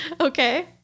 Okay